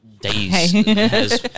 days